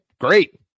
great